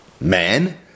man